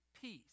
peace